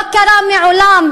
לא קרה מעולם,